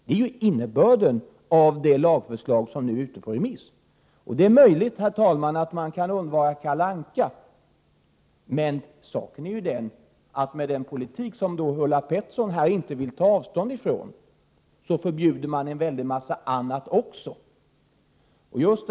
Det är innebörden i det lagförslag som nu är ute på remiss. Det är, herr talman, möjligt att man kan undvara Kalle Anka. Men med den politik som Ulla Pettersson här inte vill ta avstånd från förbjuder man även en mängd andra program.